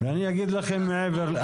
ואני אגיד לכם מעבר לזה.